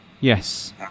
Yes